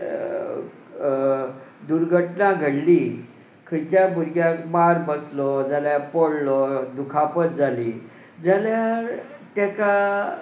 दुर्घटना घडली खंयच्या भुरग्यांक मार बसलो जाल्यार पडलो दुखापत जाली जाल्यार ताका